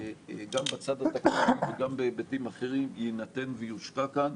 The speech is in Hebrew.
גם בצד התקנוני וגם בהיבטים אחרים יינתן ויושקע כאן.